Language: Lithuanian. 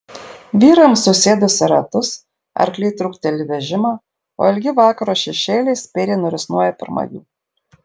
vyrams susėdus į ratus arkliai trukteli vežimą o ilgi vakaro šešėliai spėriai nurisnoja pirma jų